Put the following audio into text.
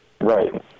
right